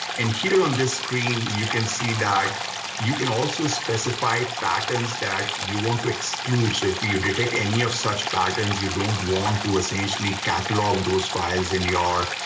and here, on this screen, you can see that you can also specify patterns that you want to exclude. so if you detect any of such patterns you don't want to essentially catalog those files in your